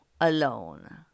alone